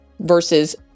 versus